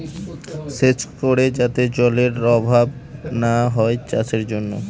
সেচ করে যাতে জলেরর অভাব না হয় চাষের জন্য